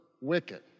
wicked